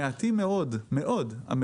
מעטים מאוד המקומות